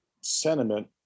sentiment